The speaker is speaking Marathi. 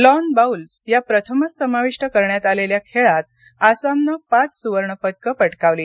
लॉन बाउल्स या प्रथमच समाविष्ट करण्यात आलेल्या खेळात आसामने पाच सुवर्णपदकं पटकावली